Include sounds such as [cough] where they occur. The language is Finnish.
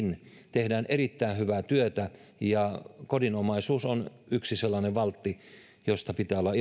tehdään erittäin hyvää työtä ja kodinomaisuus on yksi sellainen valtti josta pitää olla [unintelligible]